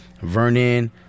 Vernon